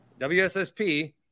WSSP